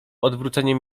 odwróceniem